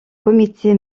comité